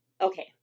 Okay